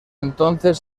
entonces